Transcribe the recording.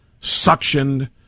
suctioned